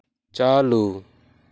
ᱪᱟᱹᱞᱩ